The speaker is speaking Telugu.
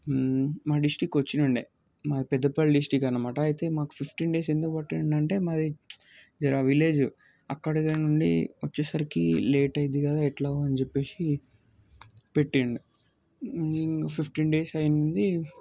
మా డిస్టిక్కి వచ్చినుండే మాది పెద్దపల్లి డిస్టిక్ అన్నమాట అయితే మాకు ఫిఫ్టీన్ డేస్ ఎందుకు పట్టిండంటే మాది జర విలేజ్ అక్కడి నుండి వచ్చేసరికి లేట్ అయ్యిద్ది కదా ఎట్లా అని చెప్పేసి పెట్టిండే ఫిఫ్టీన్ డేస్ అయ్యింది